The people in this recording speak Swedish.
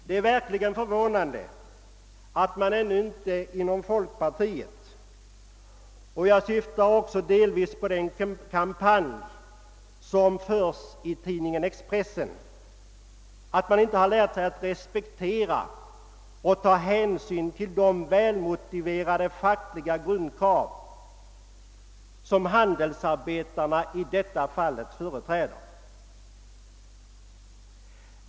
Det är verkligen förvånande att man ännu inte i folkpartiet — jag tänker härvid delvis också på den kampanj som förs i tidningen Expressen — har lärt sig att respektera de välmotiverade fackliga grundkrav som handelsarbetarna i detta fall företräder.